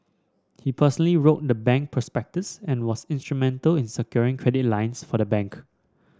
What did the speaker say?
he wrote the bank prospectus and was instrumental in securing credit lines for the bank